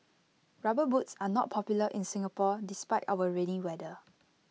rubber boots are not popular in Singapore despite our rainy weather